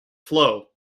flow